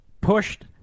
pushed